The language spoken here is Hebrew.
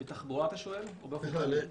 בתחבורה אתה שואל, או באופן כללי?